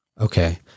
Okay